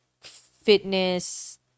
fitness